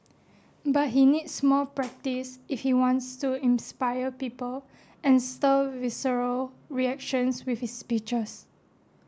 but he needs more practise if he wants to inspire people and stir visceral reactions with his speeches